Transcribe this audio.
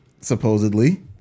supposedly